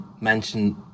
mention